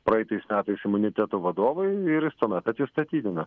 praeitais metais imuniteto vadovui ir tuomet atsistatydino